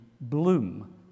bloom